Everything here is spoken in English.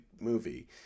movie